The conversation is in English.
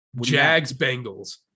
Jags-Bengals